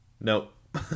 Nope